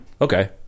Okay